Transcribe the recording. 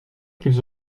qu’ils